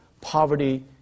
poverty